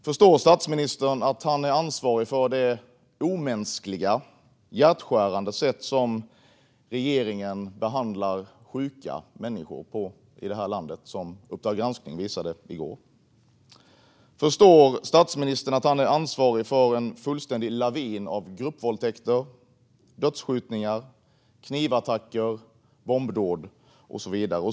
Förstår statsministern att han är ansvarig för det omänskliga, hjärtskärande sätt som regeringen behandlar sjuka människor på i det här landet, som Uppdrag granskning visade i går? Förstår statsministern att han är ansvarig för en fullständig lavin av gruppvåldtäkter, dödsskjutningar, knivattacker, bombdåd och så vidare?